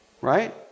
right